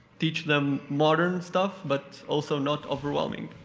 teach them modern stuff but also not overwhelming?